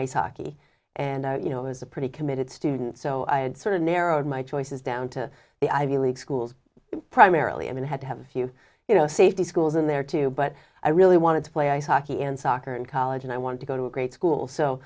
ice hockey and i you know it was a pretty committed student so i had sort of narrowed my choices down to the ivy league schools primarily i mean i had to have a few you know safety schools in there too but i really wanted to play ice hockey and soccer in college and i wanted to go to a great school so